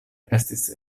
estis